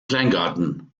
kleingarten